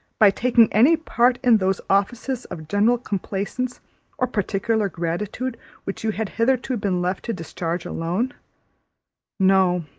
by taking any part in those offices of general complaisance or particular gratitude which you had hitherto been left to discharge alone no